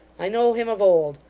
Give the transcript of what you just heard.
i know him of old.